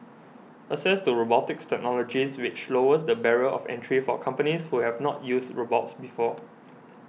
access to robotics technologies which lowers the barrier of entry for companies who have not used robots before